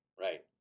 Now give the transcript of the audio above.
Right